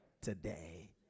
today